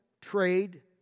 trade